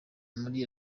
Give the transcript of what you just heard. muri